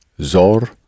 Zor